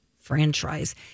franchise